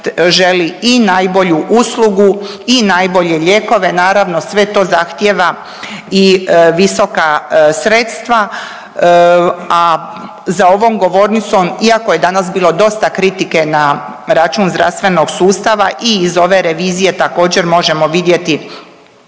želi i najbolju uslugu i najbolje lijekove, naravno sve to zahtijeva i visoka sredstva, a za ovo govornicom iako je danas bilo dosta kritike na račun zdravstvenog sustava i iz ove revizije također možemo vidjeti